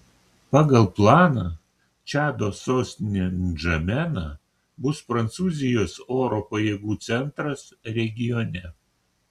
pagal planą čado sostinė ndžamena bus prancūzijos oro pajėgų centras regione